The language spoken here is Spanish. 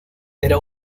era